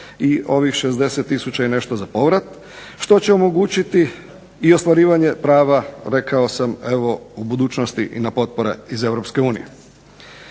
i ovih 60 tisuća i nešto za povrat, što će omogućiti i ostvarivanje prava u budućnosti i na potpore iz